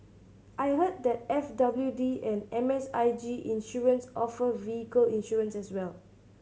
I heard that F W D and M S I G Insurance offer vehicle insurance as well